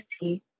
see